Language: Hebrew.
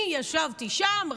אני ישבתי שם,